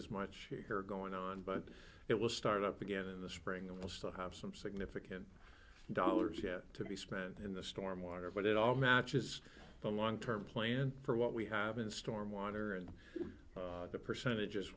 as much going on but it will start up again in the spring and we'll still have some significant dollars yet to be spent in the stormwater but it all matches the long term plan for what we have in storm water and the percentages